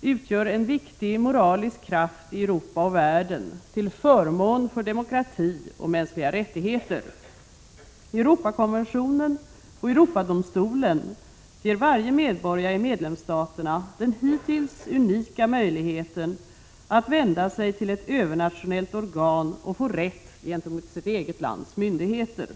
utgör en viktig moralisk kraft i Europa och världen, till förmån för demokrati och mänskliga rättigheter. Europakonventionen och Europadomstolen ger varje medborgare i medlemsstaterna den hittills unika möjligheten att vända sig till ett övernationellt organ och få rätt gentemot sitt eget lands myndigheter.